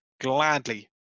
gladly